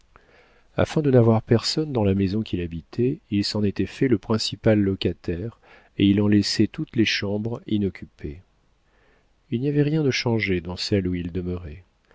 afin de n'avoir personne dans la maison qu'il habitait il s'en était fait le principal locataire et il en laissait toutes les chambres inoccupées il n'y avait rien de changé dans celle où il